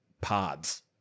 pods